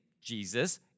Jesus